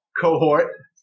cohort